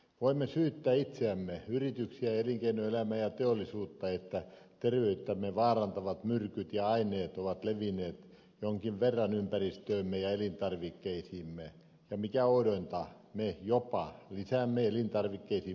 voimme syyttää itseämme yrityksiä elinkeinoelämää ja teollisuutta että terveyttämme vaarantavat myrkyt ja aineet ovat levinneet jonkin verran ympäristöömme ja elintarvikkeisiimme ja mikä oudointa me jopa lisäämme elintarvikkeisiin myrkyllisiä aineita